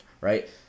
right